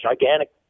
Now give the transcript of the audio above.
gigantic